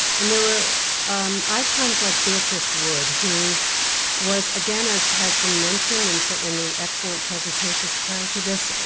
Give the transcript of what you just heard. and there were um icons like beatrice wood who was, again, as has been mentioned and so in the excellent presentations prior to this.